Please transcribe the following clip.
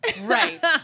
Right